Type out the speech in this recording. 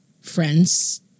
friends